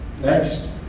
Next